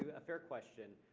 a fair question.